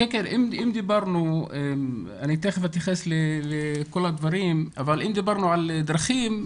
אני תיכף אתייחס לכל הדברים אבל אם דיברנו על דרכים,